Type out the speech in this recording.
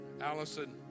Allison